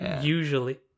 Usually